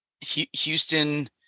Houston